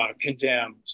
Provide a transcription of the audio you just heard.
condemned